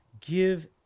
give